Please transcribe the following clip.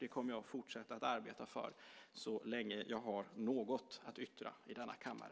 Det kommer jag att fortsätta att arbeta för så länge jag har något att yttra i denna kammare.